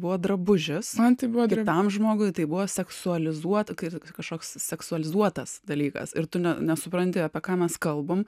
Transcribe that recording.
buvo drabužis man tai buvo tik vienam žmogui tai buvo seksualizuota kaip kažkoks seksualizuotas dalykas ir tu nesupranti apie ką mes kalbam